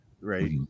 right